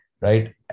right